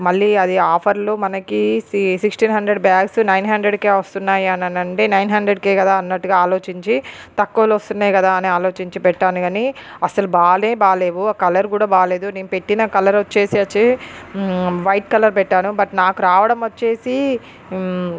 మళ్ళీ అది ఆఫర్లు మనకి సి సిక్స్టీన్ హండ్రెడ్ బ్యాగ్స్ నైన్ హండ్రెడ్కే వస్తున్నాయి అని అనంటే నైన్ హండ్రెడ్కే కదా అన్నట్టుగా ఆలోచించి తక్కువలో వస్తున్నాయి కదా అని ఆలోచించి పెట్టాను కాని అస్సలు బాలే బాలేవు కలర్ కూడా బాగాలేదు నేను పెట్టిన కలర్ వచ్చేసి వచ్చి వైట్ కలర్ పెట్టాను బట్ నాకు రావడం వచ్చేసి